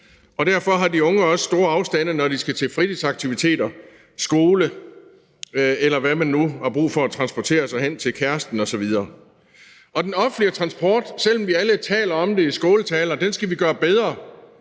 nå. Derfor har de unge også store afstande, når de skal til fritidsaktiviteter, skole, kæreste, eller hvad man nu har brug for at transportere sig hen til. Den offentlige transport, som vi alle taler om i skåltaler, skal vi gøre bedre.